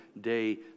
Day